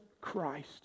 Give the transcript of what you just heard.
Christ